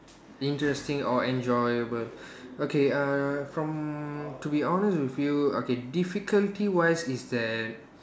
interesting or enjoyable okay uh from to be honest with you okay difficulty wise is that